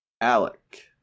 Alec